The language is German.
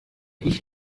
ich